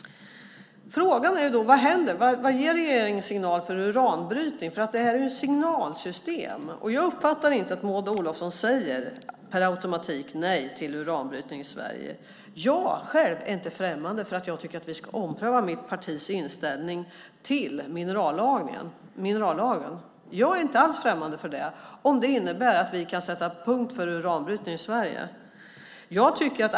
Frågan är vad som händer. Vad innebär regeringens signal för uranbrytning? Det handlar ju om ett signalsystem, och jag uppfattar inte att Maud Olofsson per automatik säger nej till uranbrytning i Sverige. Själv är jag inte främmande för att vi ska ompröva mitt partis inställning till minerallagen om det innebär att vi kan sätta punkt för uranbrytning i Sverige.